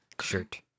shirt